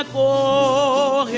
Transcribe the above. oh